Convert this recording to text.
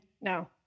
No